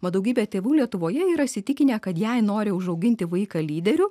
mat daugybė tėvų lietuvoje yra įsitikinę kad jei nori užauginti vaiką lyderiu